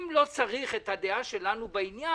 אם לא צריך את הדעה שלנו בעניין,